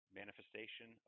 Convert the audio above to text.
manifestation